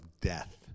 death